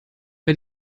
bei